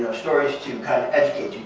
stories to kind of educate,